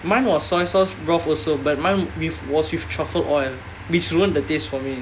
mine was soy sauce broth also but mine with was with truffle oil which ruined the taste for me